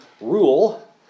rule